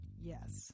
Yes